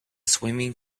swimming